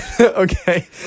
okay